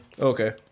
Okay